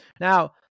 Now